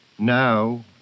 now